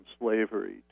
slavery